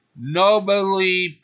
Nobly